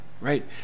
right